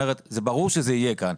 ברור שזה יהיה כאן.